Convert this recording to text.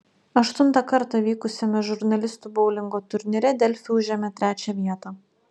aštuntą kartą vykusiame žurnalistų boulingo turnyre delfi užėmė trečią vietą